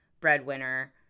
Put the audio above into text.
breadwinner